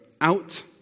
out